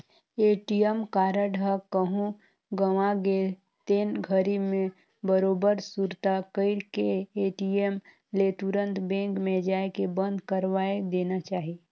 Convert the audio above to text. ATM card ह कहूँ गवा गे तेन घरी मे बरोबर सुरता कइर के ए.टी.एम ले तुंरत बेंक मे जायके बंद करवाये देना चाही